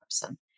person